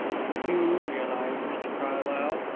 do you realise, mr carlyle,